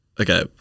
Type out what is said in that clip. okay